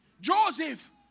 Joseph